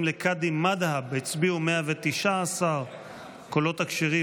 לקאדים מד'הב הצביעו 119. הקולות הכשרים,